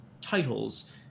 titles